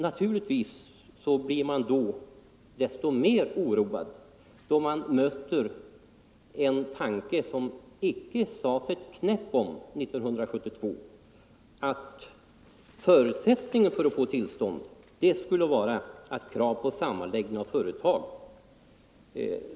Naturligtvis blir man då desto mera oroad när man nu möter en ny tanke som det inte sades ett knäpp om 1972, nämligen att förutsättningen för tillstånd skulle vara sammanläggning av företag.